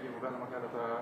jeigu galima keletą